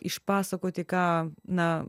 išpasakoti ką na